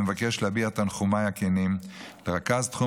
בהזדמנות זו אני מבקש להביע את תנחומיי הכנים לרכז תחום